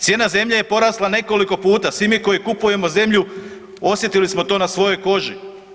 Cijena zemlje je porasla nekoliko puta, svi mi koji kupujemo zemlju osjetili smo to na svojoj koži.